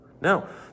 No